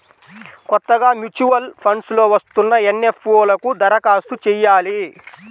కొత్తగా mutual funds లో వస్తున్న ఎన్.ఎఫ్.ఓ లకు దరఖాస్తు చెయ్యాలి